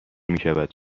میشود